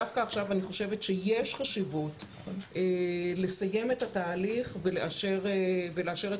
דווקא עכשיו אני חושבת שיש חשיבות לסיים את התהליך ולאשר את